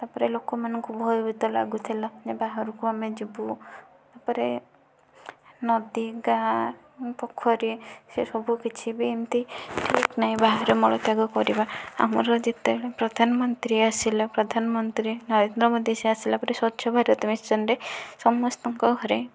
ତା'ପରେ ଲୋକମାନଙ୍କୁ ଭୟଭୀତ ଲାଗୁଥିଲା କି ବାହାରକୁ ଆମେ ଯିବୁ ତାପରେ ନଦୀ ଗାଁ ପୋଖରୀ ସେ ସବୁ କିଛି ବି ଏମିତି ଠିକ ନାହିଁ ବାହାରେ ମଳତ୍ୟାଗ କରିବା ଆମର ଯେତେବେଳେ ପ୍ରଧାନମନ୍ତ୍ରୀ ଆସିଲେ ପ୍ରଧାନମନ୍ତ୍ରୀ ନରେନ୍ଦ୍ର ମୋଦି ସେ ଅସିଲା ପରେ ସ୍ୱଚ୍ଛ ଭାରତ ମିଶନରେ ସମସ୍ତଙ୍କ ଘରେ